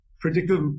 predictive